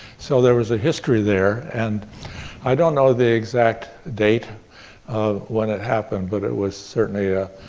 so, there was a history there, and i don't know the exact date of what had happened, but it was certainly a,